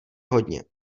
hodně